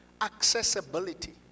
accessibility